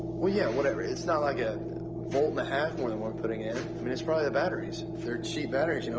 well, yeah, whatever. it's not like a volt and a half more than we're putting in. i mean it's probably the batteries. they're cheap batteries, you know